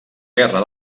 guerra